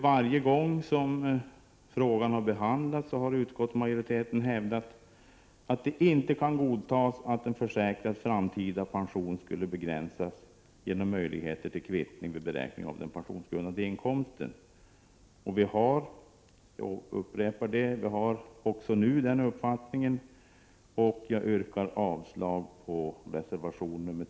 Varje gång frågan har behandlats har utskottsmajoriteten hävdat att det inte kan godtas att en försäkrads framtida pension skulle kunna begränsas genom möjligheter till kvittning vid beräkning av den pensionsgrundande inkomsten. Vi har — jag upprepar det — även nu den uppfattningen, och jag yrkar avslag på reservation 3.